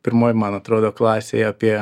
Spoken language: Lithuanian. pirmoj man atrodo klasėj apie